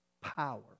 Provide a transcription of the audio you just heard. Power